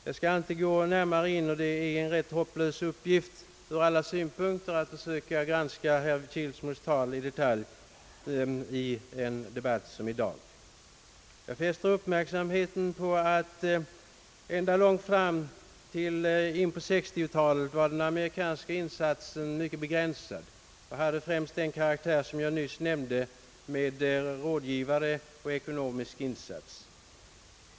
Jag skall inte närmare — ty det är en hopplös uppgift ur alla synpunkter — försöka granska herr Kilsmos tal i detalj i en debatt som i dag. Jag fäster uppmärksamheten på att ända långt in på 1960-talet var den amerikanska insatsen mycket begränsad och hade främst den karaktär, som jag nyss nämnde — ekonomisk insats och rådgivning.